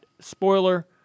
spoiler